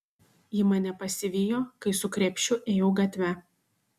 ji mane pasivijo kai su krepšiu ėjau gatve